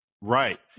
Right